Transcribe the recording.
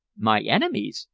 my enemies!